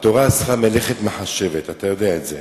התורה אסרה "מלאכת מחשבת", אתה יודע את זה.